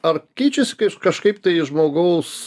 ar keičiasi kažkaip tai žmogaus